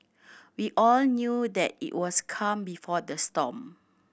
we all knew that it was calm before the storm